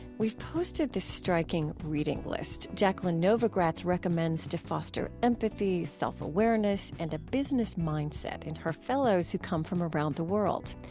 we've posted the striking reading list jacqueline novogratz recommends to foster empathy, self-awareness, and a business mindset in her fellows who come from around the world.